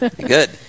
Good